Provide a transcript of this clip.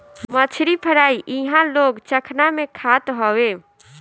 मछरी फ्राई इहां लोग चखना में खात हवे